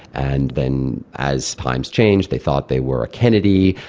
and then as times changed they thought they were a kennedy.